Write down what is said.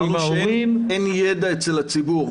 עם ההורים --- אין ידע אצל הציבור.